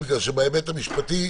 המשפטי, בגלל שבהיבט המשפטי,